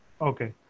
Okay